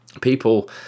people